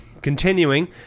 continuing